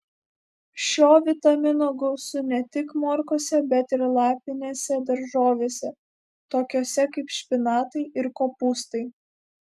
šio vitamino gausu ne tik morkose bet ir lapinėse daržovėse tokiose kaip špinatai ir kopūstai